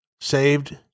saved